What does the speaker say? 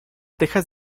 tejas